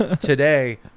today